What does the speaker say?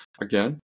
Again